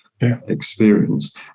experience